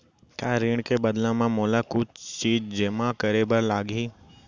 का ऋण के बदला म मोला कुछ चीज जेमा करे बर लागही?